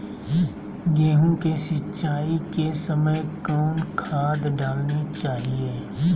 गेंहू के सिंचाई के समय कौन खाद डालनी चाइये?